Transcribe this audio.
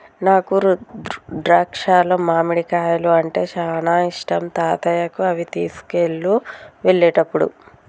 నాకు ద్రాక్షాలు మామిడికాయలు అంటే చానా ఇష్టం తాతయ్యకు అవి తీసుకువెళ్ళు వెళ్ళేటప్పుడు